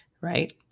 right